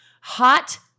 hot